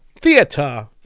theater